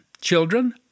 Children